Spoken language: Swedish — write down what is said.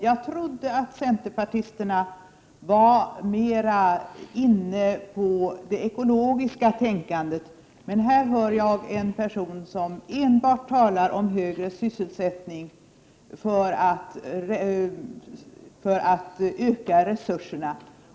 Jag trodde att centerpartisterna var mera inne på det ekologiska tänkandet, men här hör jag en person som enbart talar om högre sysselsättning för att öka resurserna.